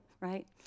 right